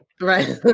right